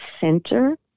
center